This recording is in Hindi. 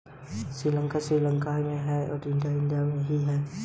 श्री शांतिलाल जैन इंडियन बैंक के प्रमुख है